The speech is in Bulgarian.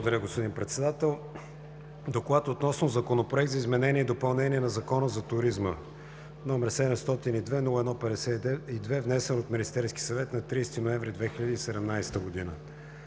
гласуване Законопроект за изменение и допълнение на Закона за туризма, № 702-01-52, внесен от Министерския съвет на 30 ноември 2017 г.“